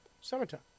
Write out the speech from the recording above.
Summertime